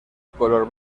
color